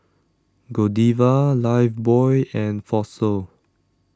Godiva Lifebuoy and Fossil